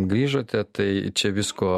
grįžote tai čia visko